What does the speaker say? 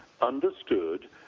understood